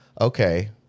okay